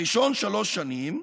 הראשון, שלוש שנים,